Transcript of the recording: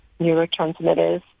neurotransmitters